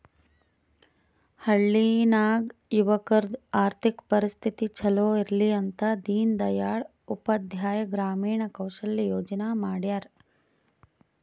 ಹಳ್ಳಿ ನಾಗ್ ಯುವಕರದು ಆರ್ಥಿಕ ಪರಿಸ್ಥಿತಿ ಛಲೋ ಇರ್ಲಿ ಅಂತ ದೀನ್ ದಯಾಳ್ ಉಪಾಧ್ಯಾಯ ಗ್ರಾಮೀಣ ಕೌಶಲ್ಯ ಯೋಜನಾ ಮಾಡ್ಯಾರ್